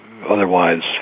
otherwise